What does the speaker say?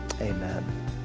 Amen